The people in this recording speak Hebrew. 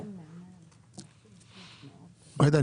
עאידה,